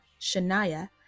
Shania